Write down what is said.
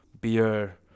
beer